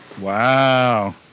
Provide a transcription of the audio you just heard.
Wow